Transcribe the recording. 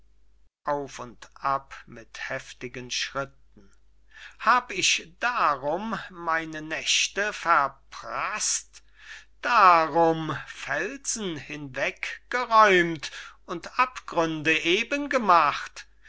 schritten hab ich darum meine nächte verpraßt darum felsen hinweggeräumt und abgründe eben gemacht